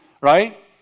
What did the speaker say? Right